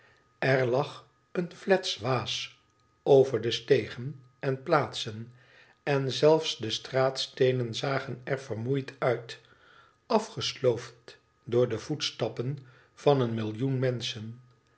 er lag een flets waas over destegen en plaatsen en zeli de straatsteenen zagen er vermoeid uit afgesloofd door de voetstappen van een millioen menschen